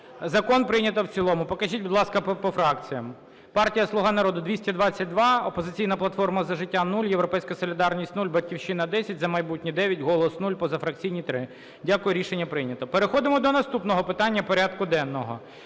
Закон прийнято в цілому. Покажіть, будь ласка, по фракціям. Партія "Слуга народу" - 222, "Опозиційна платформа – За життя" – 0, "Європейська солідарність" – 0, "Батьківщина" – 10, "За майбутнє" – 9, "Голос" – 0, позафракційні – 3. Дякую. Рішення прийнято. Переходимо до наступного питання порядку денного.